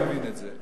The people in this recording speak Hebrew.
מבין את זה.